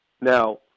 Now